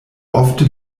ofte